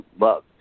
love